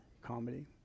Comedy